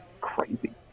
crazy